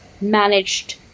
managed